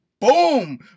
Boom